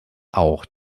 auch